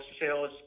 Sales